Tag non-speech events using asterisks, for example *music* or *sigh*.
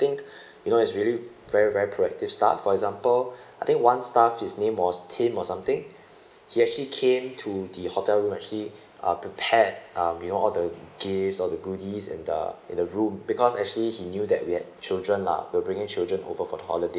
*breath* you know it's really very very proactive staff for example *breath* I think one staff his name was tim or something *breath* he actually came to the hotel room actually *breath* uh prepared um you know all the gifts all the goodies in the in the room because actually he knew that we had children lah we were bringing children over for the holiday *breath*